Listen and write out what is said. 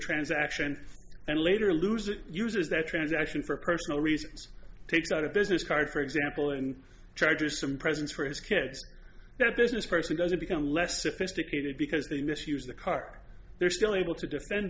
transaction and later a loser uses that transaction for personal reasons takes out a business card for example and charges some presents for his kids that business person doesn't become less sophisticated because they misuse the car they're still able to defend